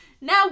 now